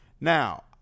Now